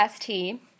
ST